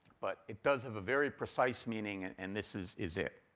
but it does have a very precise meaning, and this is is it.